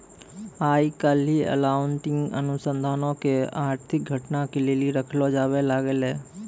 आइ काल्हि अकाउंटिंग अनुसन्धानो के आर्थिक घटना के लेली रखलो जाबै लागलै